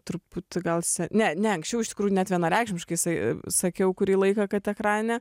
truputį gal ne ne anksčiau iš tikrųjų net vienareikšmiškai sa sakiau kurį laiką kad ekrane